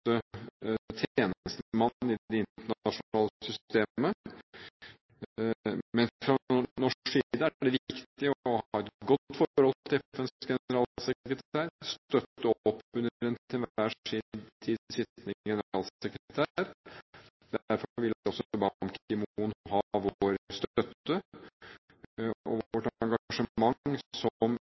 i det internasjonale systemet. Men fra norsk side er det viktig å ha et godt forhold til FNs generalsekretær, støtte opp om en til enhver tid sittende generalsekretær. Derfor vil også Ban Ki-moon ha vår støtte og vårt engasjement som